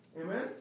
Amen